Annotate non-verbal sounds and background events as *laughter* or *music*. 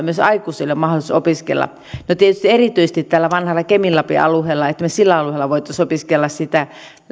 *unintelligible* myös aikuisille mahdollisuuden opiskella no tietysti erityisesti vanhalla kemin lapin alueella että me sillä alueella voisimme opiskella sitä